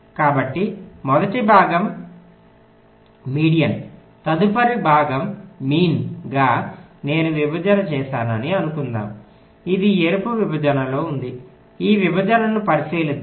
కాబట్టి మొదటి భాగం మధ్యస్థం తదుపరి భాగం సగటు గా నేను విభజన చేశానని అనుకుందాం అది ఎరుపు విభజనలో ఉంది ఈ విభజనను పరిశీలిద్దాం